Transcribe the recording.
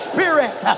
Spirit